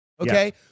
Okay